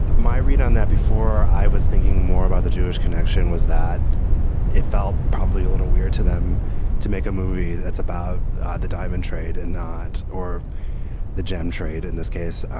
my read on that before i was thinking more about the jewish connection was that it felt probably a little weird to them to make a movie about the diamond trade and not or the gem trade in this case.